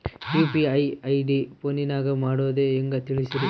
UPI ID ಫೋನಿನಾಗ ಮಾಡೋದು ಹೆಂಗ ತಿಳಿಸ್ರಿ?